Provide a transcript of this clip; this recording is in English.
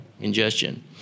ingestion